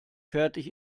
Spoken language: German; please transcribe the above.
fertig